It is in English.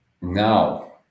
now